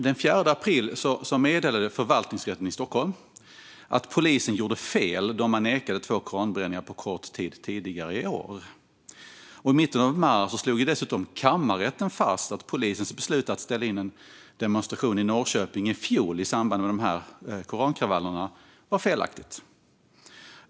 Den 4 april meddelade förvaltningsrätten i Stockholm att polisen gjorde fel då man på kort tid tidigare i år nekade två koranbränningar. I mitten av mars slog dessutom kammarrätten fast att polisens beslut att ställa in en demonstration i Norrköping i fjol i samband med korankravallerna var felaktigt.